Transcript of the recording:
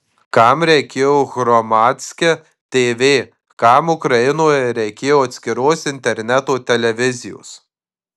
kam reikėjo hromadske tv kam ukrainoje reikėjo atskiros interneto televizijos